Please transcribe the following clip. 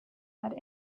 had